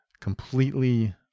completely